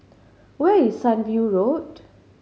where is Sunview Road